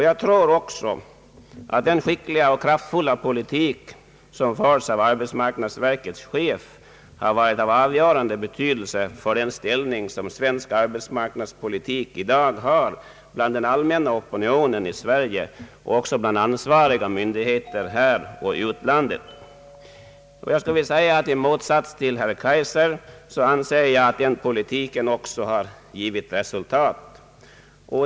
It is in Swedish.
Jag tror också att den skickliga och kraftfulla politik som förts av arbetsmarknadsverkets chef har varit av avgörande betydelse för den ställning som svensk arbetsmarknadspolitik i dag har hos den allmänna opinionen i Sverige och även hos ansvariga myndigheter här och i utlandet. I motsats till herr Kaijser anser jag att den politiken också har givit resultat.